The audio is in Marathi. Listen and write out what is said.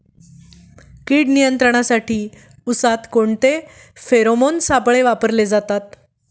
कीड नियंत्रणासाठी उसात कोणते फेरोमोन सापळे वापरले जातात?